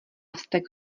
vztek